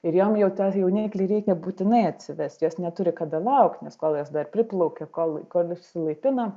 ir jom jau tą jauniklį reikia būtinai atsivest jos neturi kada laukt nes kol jos dar priplaukia kol kol išsilaipina